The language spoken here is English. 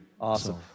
Awesome